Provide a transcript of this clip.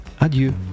adieu